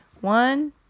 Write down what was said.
One